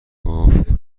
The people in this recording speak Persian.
گفت